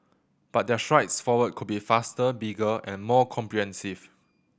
but their strides forward could be faster bigger and more comprehensive